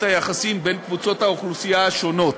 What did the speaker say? היחסים בין קבוצות האוכלוסייה השונות.